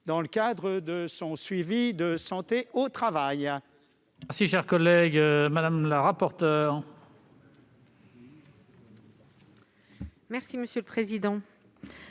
dans le cadre de leur suivi de santé au travail.